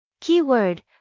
keyword